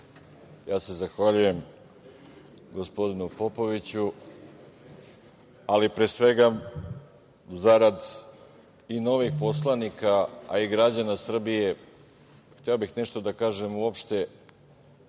Zahvaljujem se gospodinu Popoviću, ali pre svega, zarad novih poslanika, a i građana Srbije, hteo bih nešto da kažem kakva